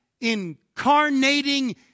incarnating